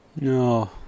No